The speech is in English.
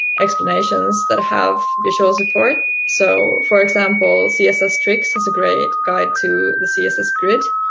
explanations that have visual support, so, for example, css tricks has a great guide to the css grid,